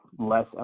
less